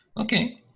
Okay